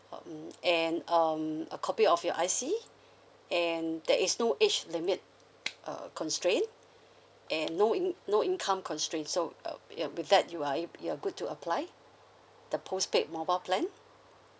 um and um a copy of your I_C and there is no age limit uh constraint and no in~ no income constraint so uh yup with that you are a~ you're good to apply the postpaid mobile plan